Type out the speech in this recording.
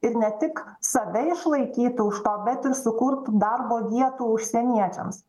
ir ne tik save išlaikytų iš to bet ir sukurtų darbo vietų užsieniečiams